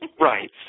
Right